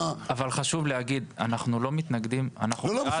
חשוב לי להגיד שאנחנו לא מתנגדים לזה, אנחנו בעד